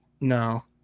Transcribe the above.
No